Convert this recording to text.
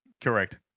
Correct